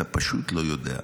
אתה פשוט לא יודע.